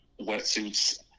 wetsuits